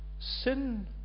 sin